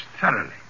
thoroughly